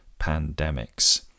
pandemics